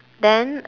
then